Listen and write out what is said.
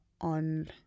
on